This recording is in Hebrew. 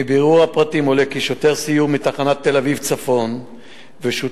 מבירור הפרטים עולה כי שוטר סיור מתחנת תל-אביב צפון ושותפו